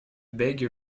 bègue